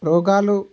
రోగాలు